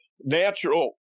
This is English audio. Natural